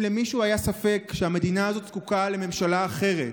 אם למישהו היה ספק שהמדינה הזאת זקוקה לממשלה אחרת,